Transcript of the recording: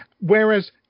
Whereas